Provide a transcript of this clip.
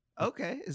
Okay